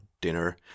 dinner